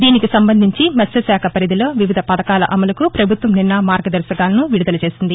దీనికి సంబంధించి మత్స్యశాఖ పరిధిలో వివిధ పథకాల అమలుకు పభుత్వం నిన్న మార్గదర్భకాలను విడుదల చేసింది